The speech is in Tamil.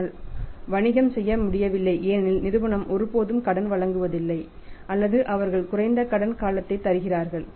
ஆனால் வணிகம் செய்ய முடியவில்லை ஏனெனில் நிறுவனம் ஒருபோதும் கடன் வழங்குவதில்லை அல்லது அவர்கள் குறைந்த கடன் காலத்தை தருகிறார்கள்